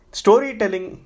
storytelling